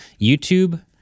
YouTube